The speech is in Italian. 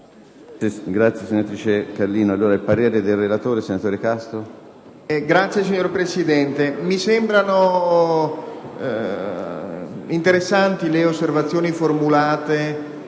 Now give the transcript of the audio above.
*relatore*. Signor Presidente, mi sembrano interessanti le osservazioni formulate